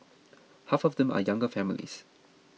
half of them are younger families